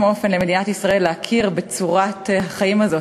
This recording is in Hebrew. אופן למדינת ישראל להכיר בצורת החיים הזאת,